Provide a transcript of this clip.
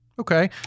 Okay